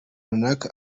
runaka